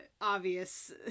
obvious